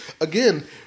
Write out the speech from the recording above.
Again